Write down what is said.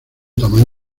tamaño